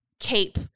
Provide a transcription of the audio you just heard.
Cape